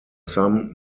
some